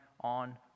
on